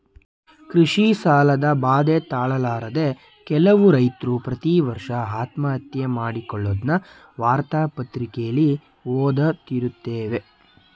ಕೃಷಿ ಸಾಲದ ಬಾಧೆ ತಾಳಲಾರದೆ ಕೆಲವು ರೈತ್ರು ಪ್ರತಿವರ್ಷ ಆತ್ಮಹತ್ಯೆ ಮಾಡಿಕೊಳ್ಳದ್ನ ವಾರ್ತಾ ಪತ್ರಿಕೆಲಿ ಓದ್ದತಿರುತ್ತೇವೆ